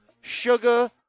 Sugar